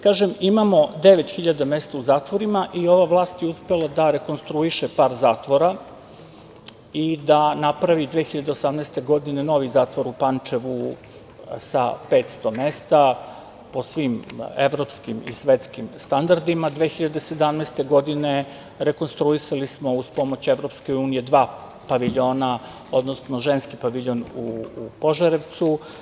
Kažem, imamo 9000 mesta u zatvorima, i ova vlast je uspela da rekonstruiše par zatvora, i da napravi 2018. godine, novi zatvor u Pančevu sa 500 mesta, po svim evropskim i svetskim standardima, 2017. godine, rekonstruisali smo uz pomoć EU dva paviljona, odnosno ženski paviljon u Požarevcu.